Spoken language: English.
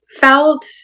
felt